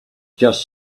just